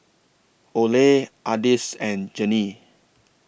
Ole Ardis and Jeannie